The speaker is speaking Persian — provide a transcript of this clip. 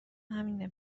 همینه